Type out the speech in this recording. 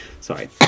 Sorry